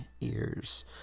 ears